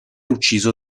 ucciso